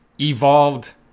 evolved